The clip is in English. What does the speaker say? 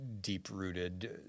deep-rooted